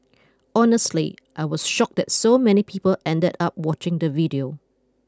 honestly I was shocked that so many people ended up watching the video